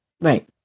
Right